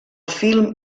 film